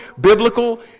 biblical